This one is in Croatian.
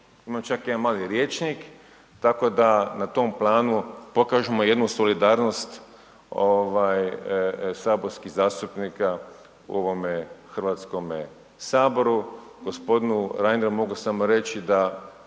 imam čak jedan mali rječnik tako da na tom planu pokažemo jednu solidarnost saborskih zastupnika u ovome HS-u, g. Reineru mogu samo reći da